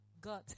God